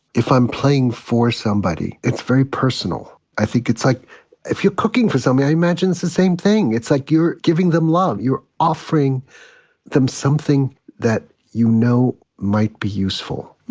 if i'm playing for somebody, it's very personal. i think it's like if you're cooking for i imagine it's the same thing. it's like you're giving them love. you're offering them something that you know might be useful.